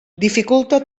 dificulta